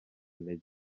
intege